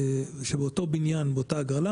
יקבל באותו בניין באותה הגרלה